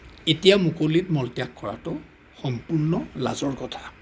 এতিয়া মুকলিত মলত্যাগ কৰাটো সম্পূৰ্ণ লাজৰ কথা